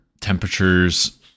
temperatures